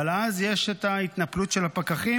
אבל אז יש את ההתנפלות של הפקחים,